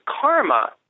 karma